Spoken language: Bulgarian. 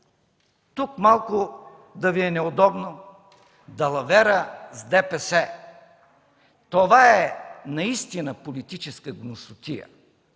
Тук малко да Ви е неудобно? Далавера в ДПС?! Това е наистина политическа гнусотия.